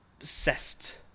obsessed